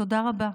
תודה רבה.